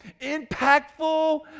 impactful